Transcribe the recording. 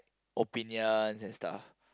opinions and stuff